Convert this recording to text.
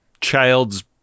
child's